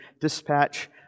dispatch